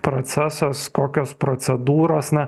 procesas kokios procedūros na